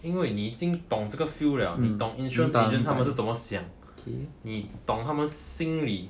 因为你已经懂这个 field liao 你懂 insurance agent 他们是怎么想你懂他们心里